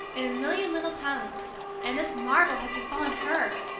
in a million little towns and this marvel had befallen her!